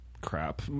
crap